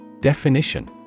Definition